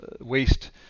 waste